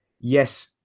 yes